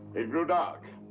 it grew dark.